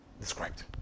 described